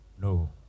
No